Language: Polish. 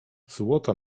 złota